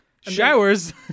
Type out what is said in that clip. Showers